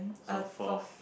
so four